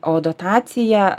o dotacija